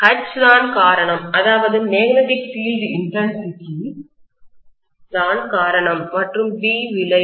H தான் காரணம் அதாவது மேக்னெட்டிக் பீல்டு இன்டன்சிடி காந்தப்புல தீவிரம் தான் காரணம் மற்றும் B விளைவு